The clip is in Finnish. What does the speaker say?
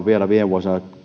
vielä viime vuosina